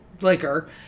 liquor